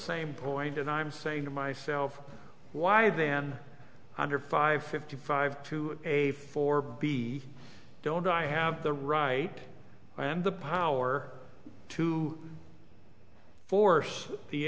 same point and i'm saying to myself why then under five fifty five to a four b don't i have the right and the power to force the